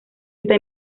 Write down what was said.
está